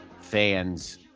fans